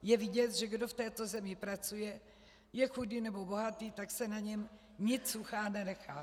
Je vidět, že kdo v této zemi pracuje, je chudý nebo bohatý, tak se na něm nit suchá nenechá.